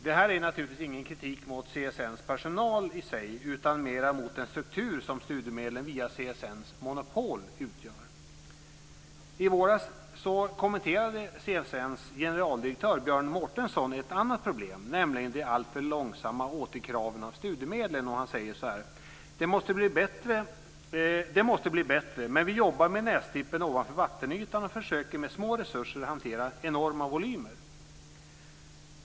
Det här är naturligtvis ingen kritik mot CSN:s personal i sig utan mer mot den struktur som studiemedlen via CSN:s monopol utgör. I våras kommenterade CSN:s generaldirektör Björn Mårtensson ett annat problem, nämligen den alltför långsamma hanteringen av återkraven av studiemedel. Han säger: "Det måste bli bättre, men vi jobbar med nästippen ovanför vattenytan och försöker med små resurser hantera enorma volymer."